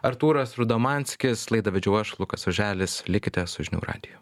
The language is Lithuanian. artūras rudomanskis laidą vedžiau aš lukas oželis likite su žinių radiju